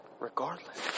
Regardless